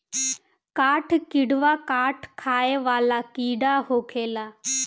काठ किड़वा काठ खाए वाला कीड़ा होखेले